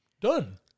Done